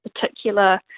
particular